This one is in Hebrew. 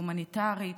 הומניטרית,